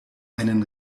einen